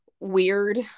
Weird